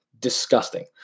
disgusting